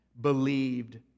believed